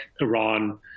Iran